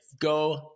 go